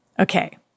Okay